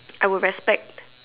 I would respect